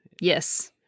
Yes